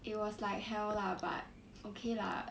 it was like hell lah but okay lah